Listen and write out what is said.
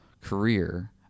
career